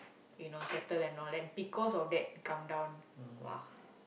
you know settle and all that because of that come down !wah!